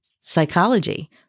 psychology